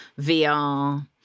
VR